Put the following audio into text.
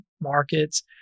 markets